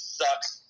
sucks